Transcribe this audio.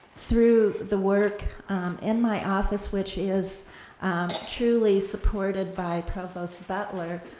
through the work in my office which is truly supported by provost butler,